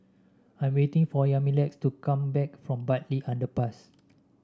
I'm waiting for Yamilex to come back from Bartley Underpass